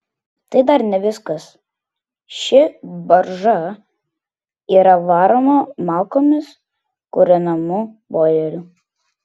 tai dar ne viskas ši barža yra varoma malkomis kūrenamu boileriu